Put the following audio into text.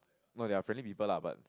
no they are friendly people lah but